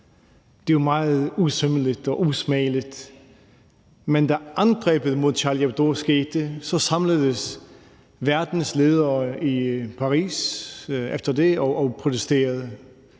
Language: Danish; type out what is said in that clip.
Det er jo meget usømmeligt og usmageligt. Men da angrebet mod Charlie Hebdo skete, samledes verdens ledere – regeringschefer